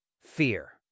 Fear